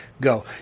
Go